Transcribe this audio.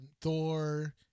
Thor